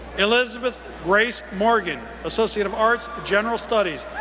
elizabeth grace morgan, associate of arts, general studies,